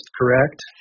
correct